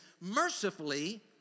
mercifully